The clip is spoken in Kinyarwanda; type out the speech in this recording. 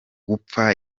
gupfa